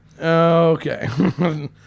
Okay